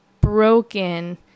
broken